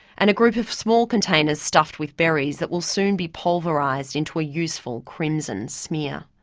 and a group of small containers stuffed with berries that will soon be pulverised into a useful crimson smear.